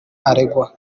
aregwa